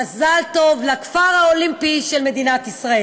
מזל טוב לכפר האולימפי של מדינת ישראל.